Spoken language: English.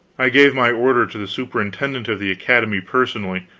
i gave my order to the superintendent of the academy personally.